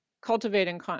cultivating